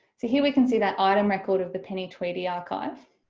so here we can see that item record of the penny tweedie archive,